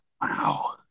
Wow